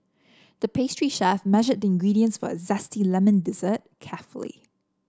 the pastry chef measured the ingredients for a zesty lemon dessert carefully